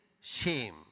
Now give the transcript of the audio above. shame